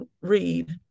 read